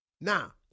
Now